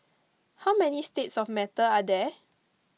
how many states of matter are there